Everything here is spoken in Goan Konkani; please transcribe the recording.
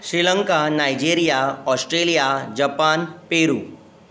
Sri Lanka Nigeria Australia Japan Peru